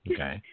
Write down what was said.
Okay